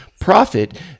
profit